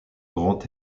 grand